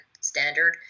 standard